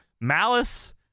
Malice